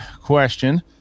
question